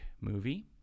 movie